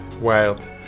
wild